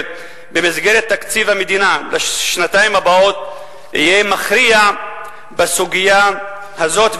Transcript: במסגרת תקציב המדינה בשנתיים הבאות יהיה מכריע בסוגיה הזאת,